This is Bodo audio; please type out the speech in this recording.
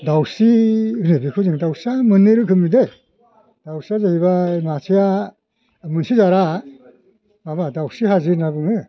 दाउस्रि हो बेखौ जों दाउस्रिया मोननै रोखोमनि दे दाउस्रिया जाहैबाय मासेआ मोनसे जाथआ माबा दाउस्रि हाजो होनना बुङो